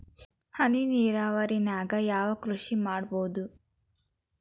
ಹನಿ ನೇರಾವರಿ ನಾಗ್ ಯಾವ್ ಕೃಷಿ ಮಾಡ್ಬೋದು?